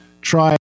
try